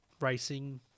racing